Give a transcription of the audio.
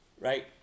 right